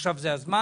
עכשיו זה הזמן.